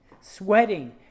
sweating